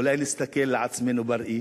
אולי נסתכל על עצמנו בראי.